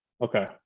Okay